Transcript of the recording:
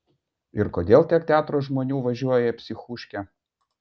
ir kodėl tiek teatro žmonių važiuoja į psichuškę